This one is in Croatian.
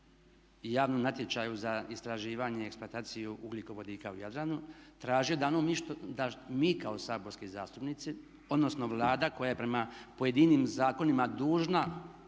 javnom natječaju za istraživanje i eksploataciju ugljikovodika u Jadranu tražio da mi kao saborski zastupnici, odnosno Vlada koja je prema pojedinim zakonima dužna